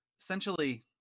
essentially